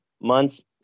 months